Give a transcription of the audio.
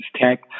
tech